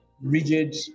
rigid